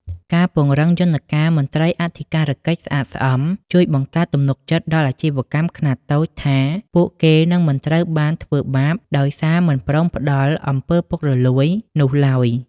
ការពង្រឹងយន្តការ "មន្ត្រីអធិការកិច្ចស្អាតស្អំ" ជួយបង្កើតទំនុកចិត្តដល់អាជីវកម្មខ្នាតតូចថា ពួកគេនឹងមិនត្រូវបានធ្វើបាបដោយសារមិនព្រមផ្ដល់ អំពើពុករលួយ នោះឡើយ។